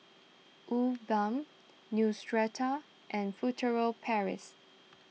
woo Balm Neostrata and Furtere Paris